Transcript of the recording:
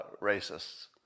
racists